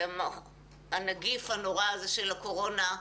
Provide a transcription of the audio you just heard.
בעקבות מחלתה בנגיף הנורא הזה של הקורונה,